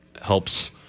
helps